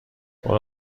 برو